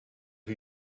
who